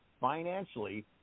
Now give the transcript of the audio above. financially